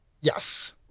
Yes